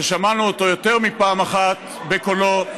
ששמענו אותו יותר מפעם אחת בקולו,